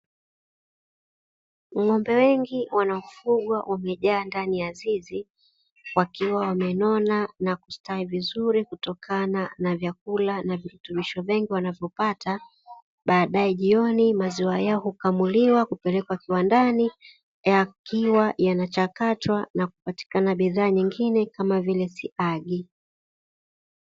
Ng'ombe wengi wanafugwa wamejaa ndani ya zizi, wakiwa wamenona na kustawi vizuri kutokana na vyakula na virutubisho vingi wanavyopata, baadaye jioni maziwa yao hukamuliwa kupelekwa viwandani, yakiwa yanachakatwa na kupatikana bidhaa nyingine kama vile siagi.